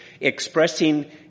expressing